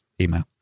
email